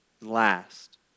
Last